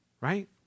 Right